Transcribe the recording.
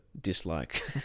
dislike